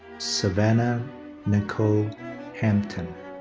savannah nicole hampton.